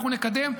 אנחנו נקדם,